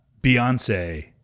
Beyonce